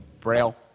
Braille